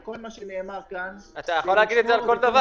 הרי כל מה שנאמר כאן --- אתה יכול להגיד את זה על כל דבר.